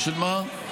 בשביל מה?